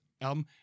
album